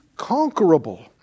conquerable